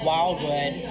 Wildwood